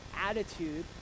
attitude